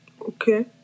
Okay